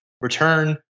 return